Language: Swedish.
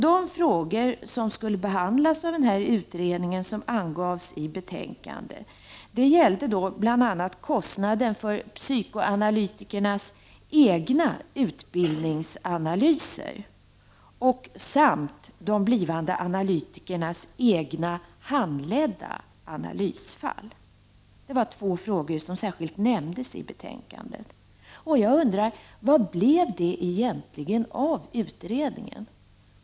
De frågor som skulle behandlas av den utredning som angavs i betänkandet gällde bl.a. kostnaden för psykoanalytikernas egna utbildningsanalyser samt de blivande analytikernas egna, handledda analysfall. Vad blev det egentligen av den utredningen?